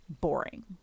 boring